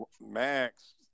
Max